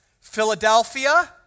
Philadelphia